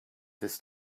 this